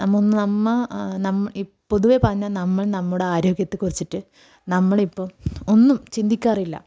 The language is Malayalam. നമ്മൾ ഒന്ന് നമ്മൾ നമ്മൾ ഇപ്പം പൊതുവേ പറഞ്ഞാൽ നമ്മൾ നമ്മുടെ ആരോഗ്യത്തെ കുറിച്ചിട്ട് നമ്മളിപ്പം ഒന്നും ചിന്തിക്കാറില്ല